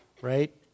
Right